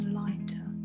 lighter